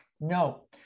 No